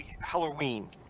Halloween